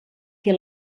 que